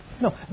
No